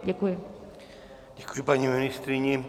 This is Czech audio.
Děkuji paní ministryni.